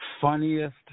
funniest